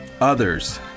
others